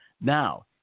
Now